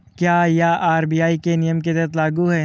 क्या यह आर.बी.आई के नियम के तहत लागू है?